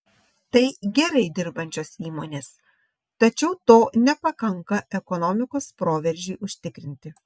tai gerai dirbančios įmonės tačiau to nepakanka ekonomikos proveržiui užtikrinti